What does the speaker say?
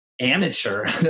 amateur